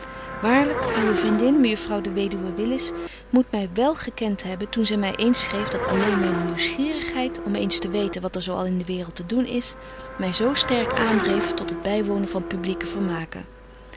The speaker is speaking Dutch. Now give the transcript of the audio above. waarlyk uwe vriendin mejuffrouw de weduwe willis moet my wél gekent hebben toen zy my eens schreef dat alleen myne nieuwsgierigheid om eens te weten wat er zo al in de waereld te doen is my zo sterk aandreef tot het bywonen van publique vermabetje